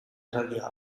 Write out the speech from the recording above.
esaldia